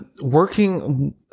Working